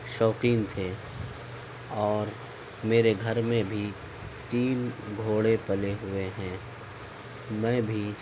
شوقین تھے اور میرے گھر میں بھی تین گھوڑے پلے ہوئے ہیں میں بھی